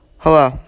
Hello